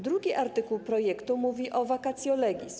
Drugi artykuł projektu mówi o vacatio legis.